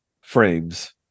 frames